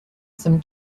some